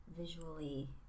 visually